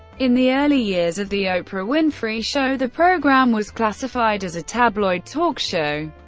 in the early years of the oprah winfrey show, the program was classified as a tabloid talk show.